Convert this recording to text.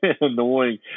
annoying